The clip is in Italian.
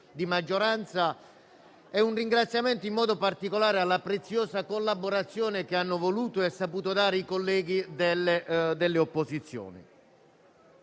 di maggioranza e un ringraziamento particolare alla preziosa collaborazione che hanno voluto e saputo dare i colleghi delle opposizioni.